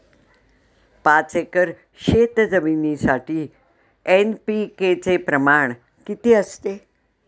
पाच एकर शेतजमिनीसाठी एन.पी.के चे प्रमाण किती असते?